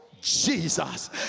Jesus